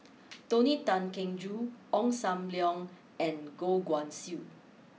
Tony Tan Keng Joo Ong Sam Leong and Goh Guan Siew